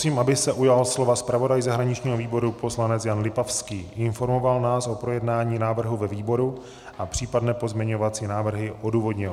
Prosím, aby se ujal slova zpravodaj zahraničního výboru poslanec Jan Lipavský, informoval nás o projednání návrhu výboru a případné pozměňovací návrhy odůvodnil.